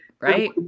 right